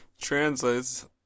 translates